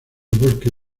bosque